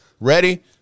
Ready